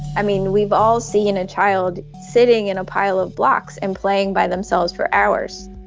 i mean, we've all seen a child sitting in a pile of blocks and playing by themselves four hours.